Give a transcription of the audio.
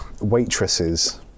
waitresses